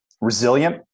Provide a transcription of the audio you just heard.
Resilient